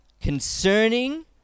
concerning